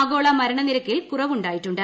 ആഗോള മരണനിരക്കിൽ കുറവുണ്ടായിട്ടുണ്ട്